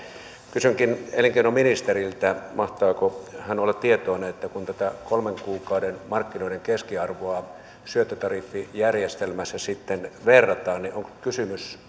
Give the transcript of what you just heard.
kysynkin elinkeinoministeriltä mahtaako hän olla tietoinen että kun tätä kolmen kuukauden markkinoiden keskiarvoa syöttötariffijärjestelmässä sitten verrataan niin onko kysymys